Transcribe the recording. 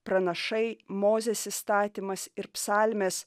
pranašai mozės įstatymas ir psalmės